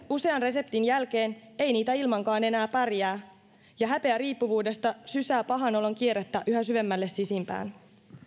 usean reseptin jälkeen ei ilmankaan enää pärjää ja häpeä riippuvuudesta sysää pahan olon kierrettä yhä syvemmälle sisimpään